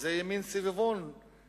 וזה יהיה מין סביבון אין-סופי.